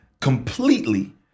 completely